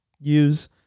use